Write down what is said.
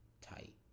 tight